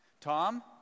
Tom